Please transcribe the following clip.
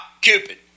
Cupid